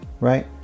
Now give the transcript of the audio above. right